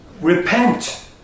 Repent